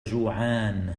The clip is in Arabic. جوعان